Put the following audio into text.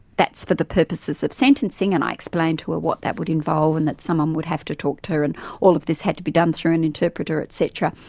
that's for the purposes of sentencing, and i explained to her what that would involve and that someone would have to talk to her and all of this had to be done through an interpreter, etc,